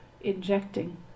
injecting